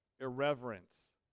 irreverence